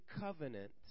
covenant